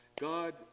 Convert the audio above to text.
God